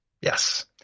Yes